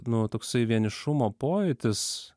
nu toksai vienišumo pojūtis